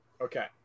Okay